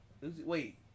Wait